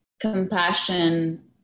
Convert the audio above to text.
compassion